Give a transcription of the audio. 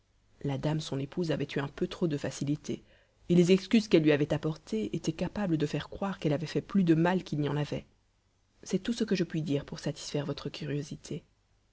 la dame son épouse avait eu un peu trop de facilité et les excuses qu'elle lui avait apportées étaient capables de faire croire qu'elle avait fait plus de mal qu'il n'y en avait c'est tout ce que je puis dire pour satisfaire votre curiosité